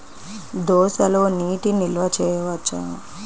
దోసలో నీటి నిల్వ చేయవచ్చా?